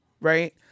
right